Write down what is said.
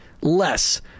less